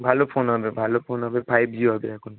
ভালো ফোন হবে ভালো ফোন হবে ফাইভ জি হবে এখন